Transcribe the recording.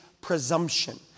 presumption